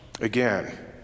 Again